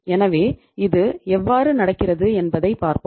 எனவே இது எவ்வாறு நடக்கிறது என்பதைப் பார்ப்போம்